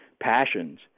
passions